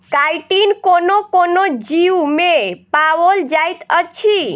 chitin कोनो कोनो जीवमे पाओल जाइत अछि